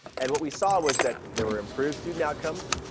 and what we saw was that there were improved student outcomes,